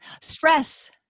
Stress